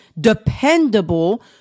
dependable